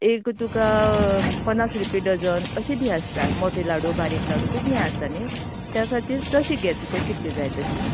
एक तुका पन्नास रुपया डजन अशें बी आसतात मोटे लाडू बारीक लाडू तेजे यें आसता न्ही त्या खातीर तशें घे तुका कितलें जाय तशें